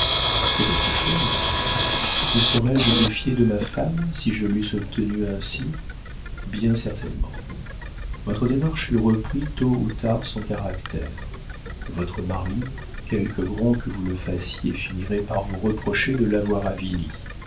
c'est autre chose me serais-je défié de ma femme si je l'eusse obtenue ainsi bien certainement votre démarche eût repris tôt ou tard son caractère votre mari quelque grand que vous le fassiez finirait par vous reprocher de l'avoir avili